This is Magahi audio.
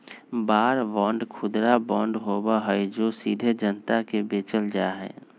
वॉर बांड खुदरा बांड होबा हई जो सीधे जनता के बेचल जा हई